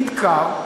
נדקר,